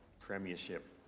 premiership